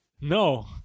no